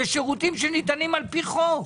זה שירותים שניתנים על פי חוק.